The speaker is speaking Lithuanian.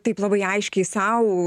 taip labai aiškiai sau